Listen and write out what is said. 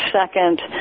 second